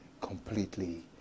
completely